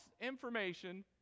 information